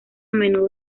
menudo